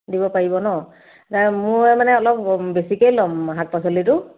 দিব পাৰিব ন নাই মোৰ মানে অলপ বেছিকৈয়ে ল'ম শাক পাচলিটো